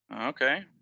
Okay